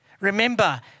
Remember